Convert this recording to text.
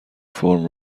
فرم